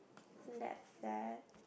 that's sad